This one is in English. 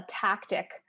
tactic